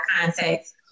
context